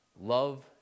Love